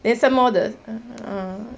then some more the err